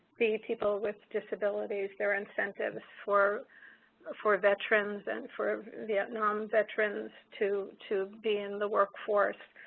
be people with disabilities. their incentives for for veterans and for vietnam veterans to to be in the workforce.